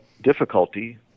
difficulty